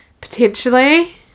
Potentially